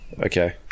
Okay